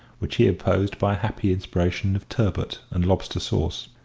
which he opposed by a happy inspiration of turbot and lobster sauce.